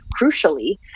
crucially